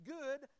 good